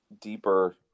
deeper